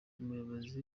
umuyobozi